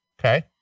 Okay